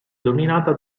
dominata